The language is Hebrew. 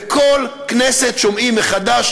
וכל כנסת שומעים מחדש,